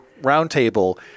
roundtable